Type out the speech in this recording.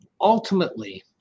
Ultimately